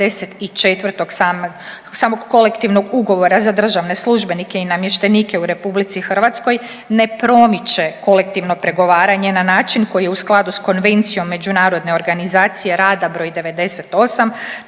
članka 94. samog kolektivnog ugovora za državne službenike i namještenike u Republici Hrvatskoj ne promiče kolektivno pregovaranje na način koje je u skladu sa Konvencijom međunarodne organizacije rada broj 98.